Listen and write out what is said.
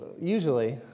Usually